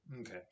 Okay